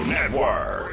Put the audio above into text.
Network